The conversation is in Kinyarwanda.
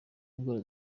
indwara